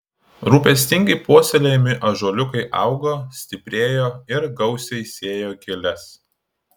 rūpestingai puoselėjami ąžuoliukai augo stiprėjo ir gausiai sėjo giles